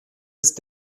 ist